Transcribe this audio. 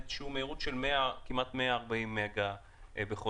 שהוא במהירות של כמעט 140 מגה בחודש.